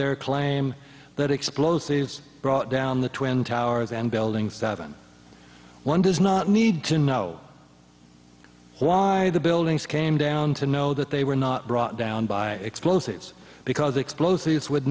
their claim that explosives brought down the twin towers and buildings that one does not need to know why the buildings came down to know that they were not brought down by explosives because explosives would